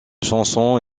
chanson